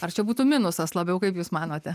ar čia būtų minusas labiau kaip jūs manote